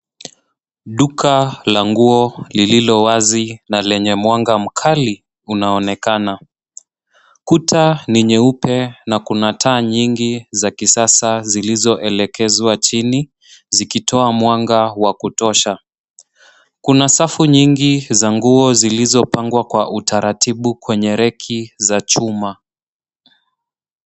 Duka la nguo lililowazi na lenye mwanga mkali unaonekana. Kuta ni nyeupe na kuna taa nyingi za kisasa zilizoelekezwa chini zikitoa mwanga wa kutosha. Kuna safu nyingi za nguo zilizopangwa kwa utaratibu kwenye reki za chuma.